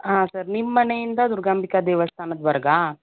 ಹಾಂ ಸರ್ ನಿಮ್ಮ ಮನೆಯಿಂದ ದುರ್ಗಾಂಬಿಕಾ ದೇವಸ್ಥಾನದವರೆಗಾ